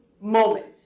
moment